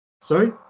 Sorry